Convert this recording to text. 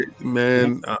man